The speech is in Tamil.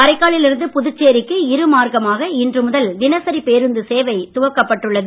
காரைக்காலில் இருந்து புதுச்சேரிக்கு இருமார்க்கமாக இன்று முதல் தினசரி பேருந்து சேவை துவக்கப் பட்டுள்ளது